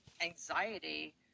anxiety